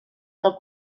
del